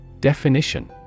Definition